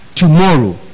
tomorrow